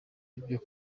ibyo